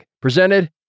presented